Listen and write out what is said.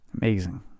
Amazing